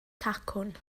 cacwn